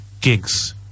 gigs